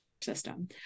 system